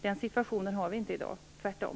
Den situationen har vi inte i dag - tvärtom.